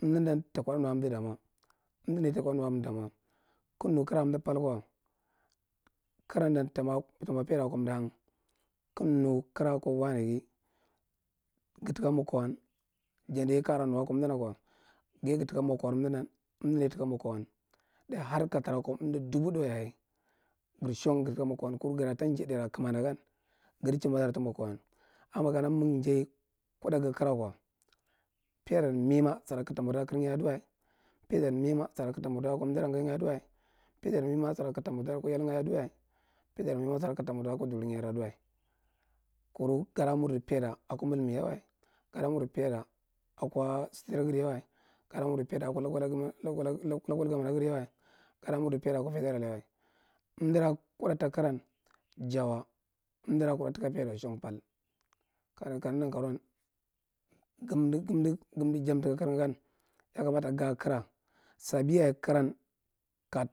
damwa amda da ye kwaɗe nuake arnaa damwa. Kig nu kara aka amda pal kwa, kara ndan ta mwa paida aka amda hang. Kig nu kara aka wanegd gataka mukan. Ja ye kayara nu aka amda tnda kura ja ye jatdka mukawan amdan ye taka mukawan, dayi har katarake amdo dubu ɗan yaye gir shang garta ka mukawan kuru gara ta njidai njidai kama nda gan jada chimbadar ta mukawa. Amma makena gan njai kuɗa gada kara waka, paidan mima sara kig ta mirda kirunga aduwa, paidan mimo ara kig ta marda amddugra nga ye nehwa, paidar mima sara kig ta mardi aka during y ada duwa. Kuru gaa mardi paida akwa milmil ye wa, gaa mardi paida aka state tagarye wa, gada mardi paida akwa local loka local gommanagar ye wa, gada mirdi paida akwa feeral ye wa. Amddra kuɗa ta karan, ja wa amdaran kuda taka paidawa wa. Shang pal. La njga nankaro’an, gamda gamdu gamda jam taka karngan ya kamata ga kara, sabi yaye karam, ka….